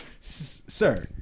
sir